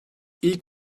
i̇lk